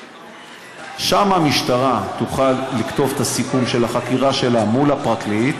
שם המשטרה תוכל לכתוב את הסיכום של החקירה שלה מול הפרקליט,